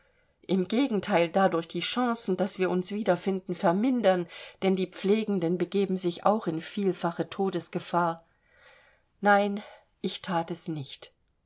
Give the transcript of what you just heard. im gegenteil dadurch die chancen daß wir uns wiederfinden vermindern denn die pflegenden begeben sich auch in vielfache todesgefahr nein ich that es nicht